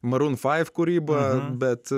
marunfaiv kūryba bet